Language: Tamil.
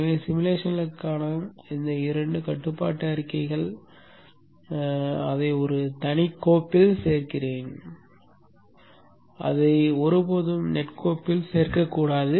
எனவே உருவகப்படுத்துதலுக்கான இந்த 2 கட்டுப்பாட்டு அறிக்கைகள் அதை ஒரு தனி கோப்பில் சேர்க்கின்றன அதை ஒருபோதும் நெட் கோப்பில் சேர்க்க கூடாது